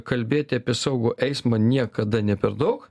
kalbėti apie saugų eismą niekada ne per daug